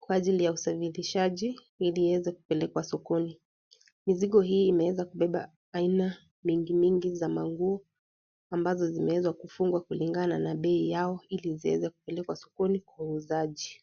kwa ajili ya usafilishaji ili iweze kupelekwa sokoni. Mizigo hii imeeza kubeba aina mingimingi za manguo ambazo zimeweza kufungwa kulingana na bei yao iliziweze kupelekwa sokoni kwa uuzaji.